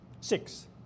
Six